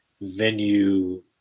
venue